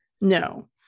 No